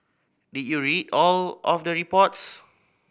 did you read all of the reports